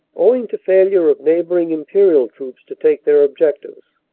owing to failure of neighboring imperial troops to take their objectives,